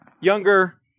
younger